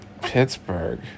Pittsburgh